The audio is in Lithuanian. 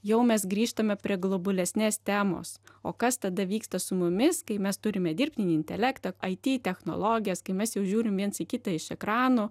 jau mes grįžtame prie globalesnės temos o kas tada vyksta su mumis kai mes turime dirbtinį intelektą it technologijas kai mes jau žiūrim viens į kitą iš ekranų